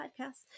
podcasts